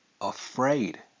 afraid